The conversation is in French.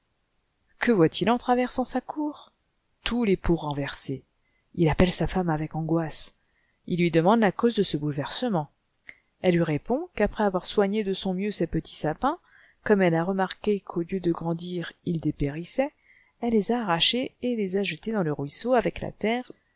que voit il en traversant sa cour tous les pots renversés il appelle sa femme avec angoisse il lui demande la cause de ce bouleversement elle lui répond qu'après avoir soigné de son mieux ces petits sapins comme elle a remarqué qu'au lieu de grandir ils dépérissaient elle les a arrachés et les a jetés dans le ruisseau avec la terre